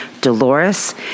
Dolores